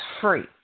free